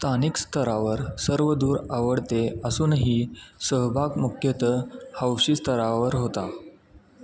स्थानिक स्तरावर सर्व दूर आवडते असूनही सहभाग मुख्यतः हौशी स्तरावर होता